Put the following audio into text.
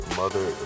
mother